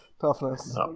toughness